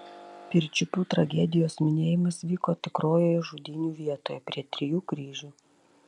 pirčiupių tragedijos minėjimas vyko tikrojoje žudynių vietoje prie trijų kryžių